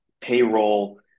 payroll